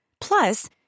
Plus